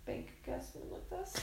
penkias minutes